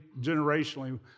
generationally